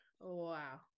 Wow